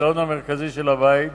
לשעון המרכזי של הבית,